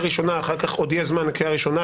ראשונה כאשר אחר כך עוד יש זמן לקריאה ראשונה,